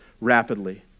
rapidly